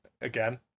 again